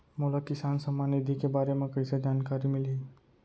मोला किसान सम्मान निधि के बारे म कइसे जानकारी मिलही?